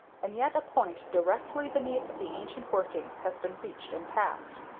and yet a point directly beneath the ancient workings has been reached and passed.